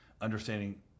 Understanding